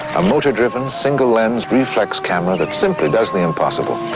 a motor-driven, single lens reflex camera that simply does the impossible.